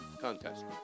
contest